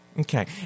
Okay